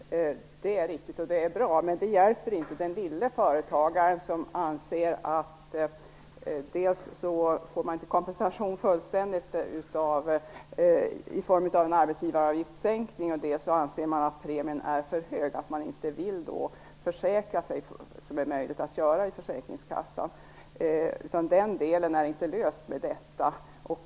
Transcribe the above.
Fru talman! Det är riktigt och bra, men det hjälper inte den lille företagare som, om han inte får fullständig kompensation i form av en arbetsgivaravgiftssänkning, anser att premien blir för hög och att han då inte vill använda sig av möjligheten att försäkra sig i försäkringskassan. Den frågan är inte löst med detta.